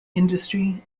industry